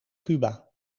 cuba